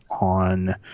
on